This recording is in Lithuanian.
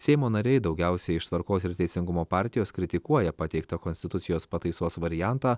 seimo nariai daugiausia iš tvarkos ir teisingumo partijos kritikuoja pateiktą konstitucijos pataisos variantą